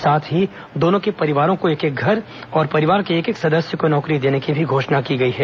साथ ही दोनों ही परिवारों को एक एक घर और परिवार के एक एक सदस्य को नौकरी देने की भी घोषणा की गई है